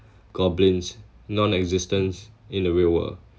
goblins non-existence in the real world